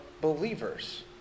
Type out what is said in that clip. believers